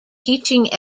teaching